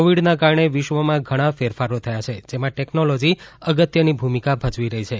કોવિડના કારણે વિશ્વમાં ઘણા ફેરફારો થયા છે જેમાં ટેકનોલોજી અગત્યની ભૂમિકા ભજવી રહી છે